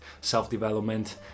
self-development